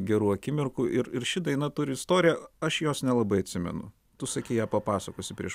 gerų akimirkų ir ir ši daina turi istoriją aš jos nelabai atsimenu tu sakei ją papasakosi prieš